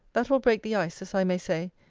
that will break the ice, as i may say,